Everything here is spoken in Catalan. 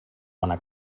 bona